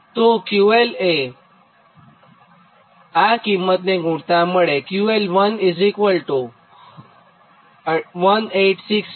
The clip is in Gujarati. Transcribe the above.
તો 𝑄𝐿1 એ આ કિંમતને ગુણતાં મળે